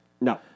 No